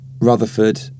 Rutherford